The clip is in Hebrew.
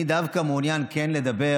אני דווקא מעוניין כן לדבר